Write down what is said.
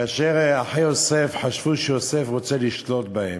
כאשר אחי יוסף חשבו שיוסף רוצה לשלוט בהם,